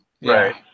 Right